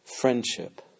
friendship